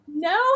No